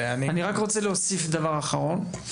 דבר אחרון,